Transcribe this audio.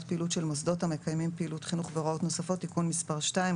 פעילות של מוסדות המקיימים פעילות חינוך והוראות נוספות)(תיקון מס' 2),